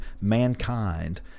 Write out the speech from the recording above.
mankind